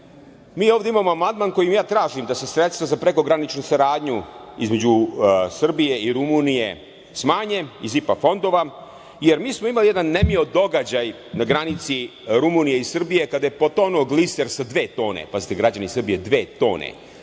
mi ovde imamo amandman kojim ja tražim da se sredstva za preko graničnu saradnju između Srbije i Rumunije smanje iz Zipa fondova, jer mi smo imali jedan nemio događaj na granici Rumunije i Srbije kada je potonuo gliser sa dve tone, pazite građani Srbije dve tone,